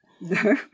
No